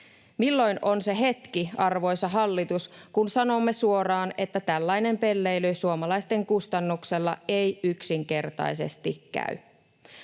Milloin on se hetki, arvoisa hallitus, kun sanomme suoraan, että tällainen pelleily suomalaisten kustannuksella ei yksinkertaisesti käy?